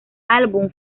álbum